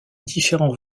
différents